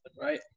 Right